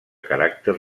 caràcter